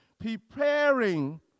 preparing